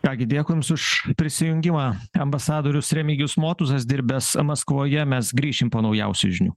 ką gi dėkui jums už prisijungimą ambasadorius remigijus motuzas dirbęs maskvoje mes grįšim po naujausių žinių